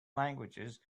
languages